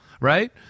right